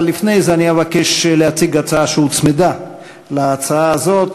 לפני זה, אני אבקש להציג הצעה שהוצמדה להצעה הזאת,